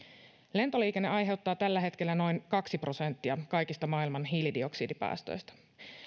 lentoliikenne aiheuttaa tällä hetkellä noin kaksi prosenttia kaikista maailman hiilidioksidipäästöistä